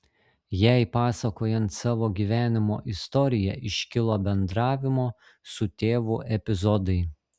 jai pasakojant savo gyvenimo istoriją iškilo bendravimo su tėvu epizodai